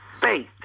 faith